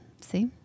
See